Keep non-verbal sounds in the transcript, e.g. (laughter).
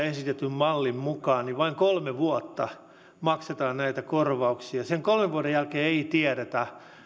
(unintelligible) esitetyn mallin mukaan vain kolme vuotta maksetaan näitä korvauksia sen kolmen vuoden jälkeen ei tiedetä